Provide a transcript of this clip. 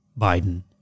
Biden